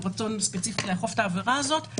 או רצון ספציפי לאכוף את העבירה הזאת,